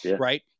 right